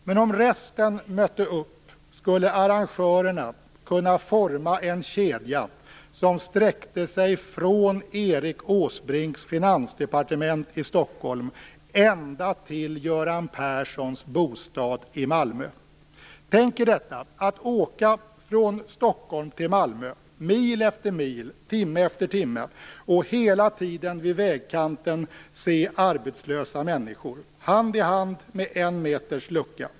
Men om resten mötte upp skulle arrangörerna kunna forma en kedja som sträckte sig från Erik Åsbrinks finansdepartement i Stockholm ända till Göran Perssons bostad i Malmö. Tänk er detta: att åka från Stockholm till Malmö, mil efter mil, timme efter timme, och hela tiden vid vägkanten se arbetslösa människor, hand i hand, med en meters lucka.